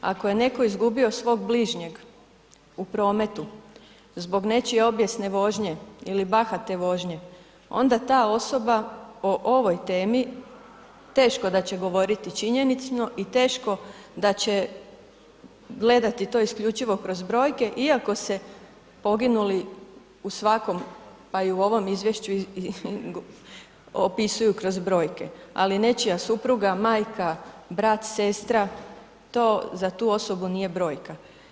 Ako je netko izgubio svog bližnjeg u prometu zbog nečije obijesne vožnje ili bahate vožnje, onda ta osoba o ovoj temi, teško da će govoriti činjeničko i teško da će gledati to isključivo kroz brojke, iako se poginuli u svakom, pa i u ovom izvješću opisuju kroz brojke, ali nečija supruga, majka, brat, sestra, to za tu osobu nije brojka.